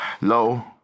Low